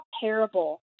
terrible